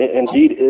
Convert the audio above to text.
indeed